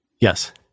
Yes